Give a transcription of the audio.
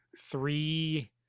three